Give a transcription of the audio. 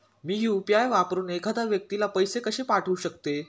मी UPI वापरून एखाद्या व्यक्तीला पैसे कसे पाठवू शकते?